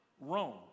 Rome